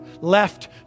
left